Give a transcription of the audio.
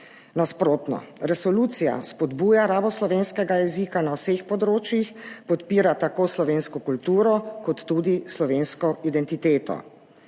Nasprotno, resolucija spodbuja rabo slovenskega jezika na vseh področjih, podpira tako slovensko kulturo kot tudi slovensko identiteto,